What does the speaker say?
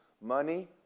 Money